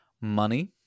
Money